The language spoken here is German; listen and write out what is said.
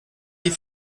die